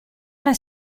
alla